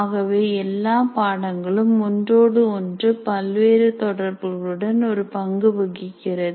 ஆகவே எல்லா பாடங்களும் ஒன்றோடு ஒன்று பல்வேறு தொடர்புகள் உடன் ஒரு பங்கு வகிக்கிறது